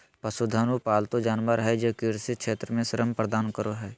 पशुधन उ पालतू जानवर हइ जे कृषि क्षेत्र में श्रम प्रदान करो हइ